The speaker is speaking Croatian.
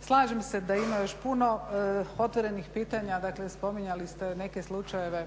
Slažem se da ima još puno otvorenih pitanja, dakle spominjali ste neke slučajeve